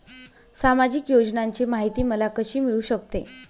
सामाजिक योजनांची माहिती मला कशी मिळू शकते?